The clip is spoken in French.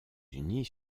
unis